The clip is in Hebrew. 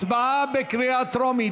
הצבעה בקריאה טרומית.